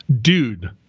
Dude